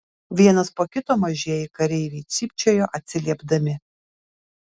vienas po kito mažieji kareiviai cypčiojo atsiliepdami